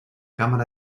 cámara